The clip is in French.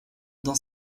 dans